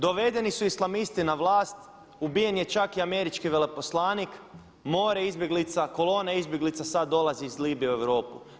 Dovedeni su islamisti na vlast, ubijen je čak i američki veleposlanik, more izbjeglica, kolone izbjeglica sad dolazi iz Libije u Europu.